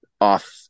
off